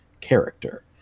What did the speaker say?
character